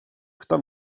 kto